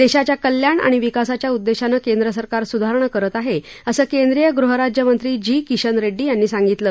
देशाच्या कल्याण आणि विकासाच्या उद्देशानं केंद्रसरकार सुधारणा करत आहे असं केंद्रीय गृहराज्य मंत्री जी किशन रेड्डी यांनी सांगितलं